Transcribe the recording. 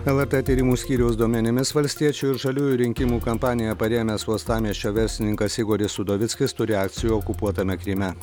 lrt tyrimų skyriaus duomenimis valstiečių ir žaliųjų rinkimų kampaniją parėmęs uostamiesčio verslininkas igoris udovickis turi akcijų okupuotame kryme